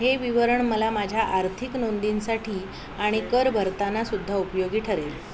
हे विवरण मला माझ्या आर्थिक नोंदींसाठी आणि कर भरतानासुद्धा उपयोगी ठरेल